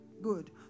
good